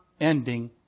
ending